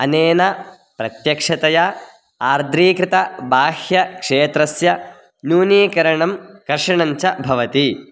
अनेन प्रत्यक्षतया आर्द्रीकृत बाह्यक्षेत्रस्य न्यूनीकरणं कर्षणं च भवति